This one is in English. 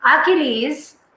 Achilles